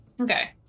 Okay